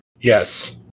Yes